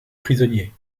prisonnier